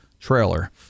trailer